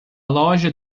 loja